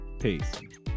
Peace